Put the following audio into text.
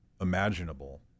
imaginable